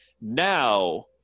Now